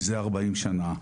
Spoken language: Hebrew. מזה ארבעים שנה.